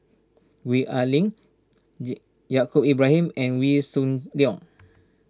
Gwee Ah Leng Yaacob Ibrahim and Wee Shoo Leong